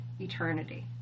eternity